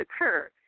occur